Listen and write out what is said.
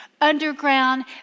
underground